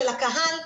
של הקהל,